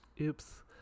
oops